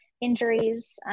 injuries